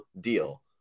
deal